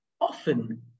often